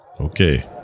Okay